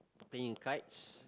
playing kites